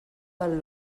del